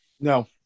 No